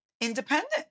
independent